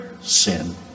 sin